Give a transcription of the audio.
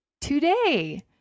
today